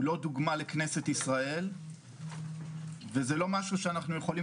הוא לא דוגמה לכנסת ישראל וזה לא משהו שאנחנו יכולים